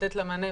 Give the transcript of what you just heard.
לתת לה מענה,